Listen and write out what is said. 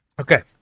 Okay